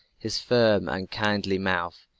his firm and kindly mouth,